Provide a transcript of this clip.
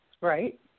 Right